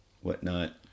whatnot